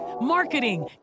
marketing